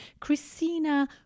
Christina